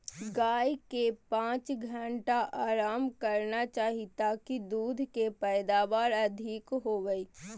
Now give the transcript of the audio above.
गाय के पांच घंटा आराम करना चाही ताकि दूध के पैदावार अधिक होबय